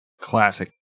Classic